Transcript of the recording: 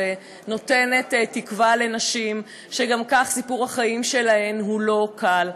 נותנת תקווה לנשים שגם כך סיפור החיים שלהן הוא לא קל.